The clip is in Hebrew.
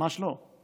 ממש לא.